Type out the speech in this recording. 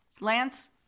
Lance